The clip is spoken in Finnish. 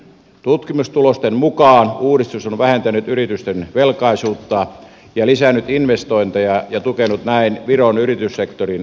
tutkimustulosten mukaan uudistus on vähentänyt yritysten velkaisuutta ja lisännyt investointeja ja tukenut näin viron yrityssektorin vahvistumista